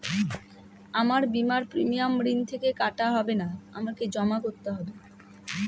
আমার বিমার প্রিমিয়াম ঋণ থেকে কাটা হবে না আমাকে জমা করতে হবে?